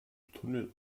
tunnel